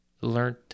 learned